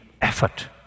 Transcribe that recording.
effort